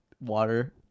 water